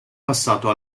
passato